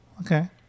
okay